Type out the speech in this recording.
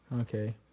Okay